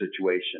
situation